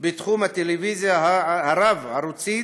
בתחום הטלוויזיה הרב-ערוצית,